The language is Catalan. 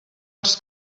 els